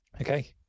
Okay